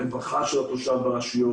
הרווחה של התושב ברשויות,